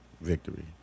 victory